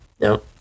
No